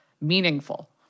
meaningful